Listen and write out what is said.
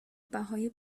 بهای